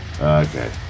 Okay